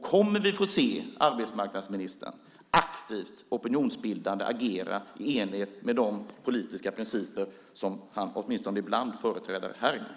Kommer vi att få se arbetsmarknadsministern agera aktivt och opinionsbildande i enlighet med de politiska principer som han åtminstone ibland företräder här inne?